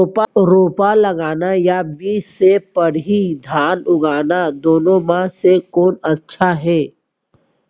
रोपा लगाना या बीज से पड़ही धान उगाना दुनो म से कोन अच्छा हे?